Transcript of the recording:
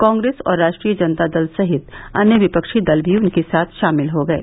कांग्रेस और राष्ट्रीय जनता दल सहित अन्य विपक्षी दल भी उनके साथ शामिल हो गये